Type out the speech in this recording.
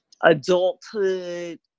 adulthood